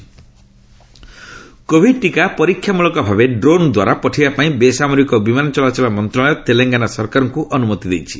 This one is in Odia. ଭ୍ୟାକ୍ସିନ୍ ଡ୍ରୋନ୍ କୋଭିଡ୍ ଟିକା ପରୀକ୍ଷା ମୂଳକ ଭାବେ ଡ୍ରୋନ୍ ଦ୍ୱାରା ପଠାଇବା ପାଇଁ ବେସାମରିକ ବିମାନ ଚଳାଚଳ ମନ୍ତ୍ରଣାଳୟ ତେଲଙ୍ଗାନା ସରକାରଙ୍କୁ ଅନୁମତି ଦେଇଛି